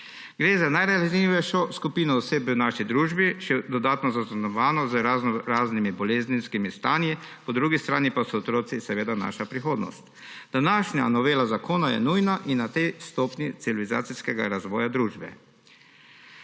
Gre za najranljivejšo skupino oseb v naši družbi, še dodatno zaznamovano z raznoraznimi bolezenskimi stanji, po drugi strani pa so otroci seveda naša prihodnost. Današnja novela zakona je nujna na tej stopnji civilizacijskega razvoja družbe.